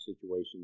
situation